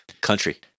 country